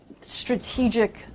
strategic